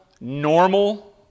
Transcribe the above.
normal